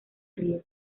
río